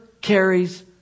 carries